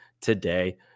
today